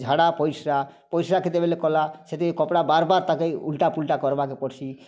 ଝାଡ଼ା ପରିଶ୍ରା ପରିଶ୍ରା କେତେବେଲେ କଲା ସେଠି କପଡ଼ା ବାରବାର ତାକେ ଉଲଟା ଫୁଲଟା କରିବାକେ ପଡସି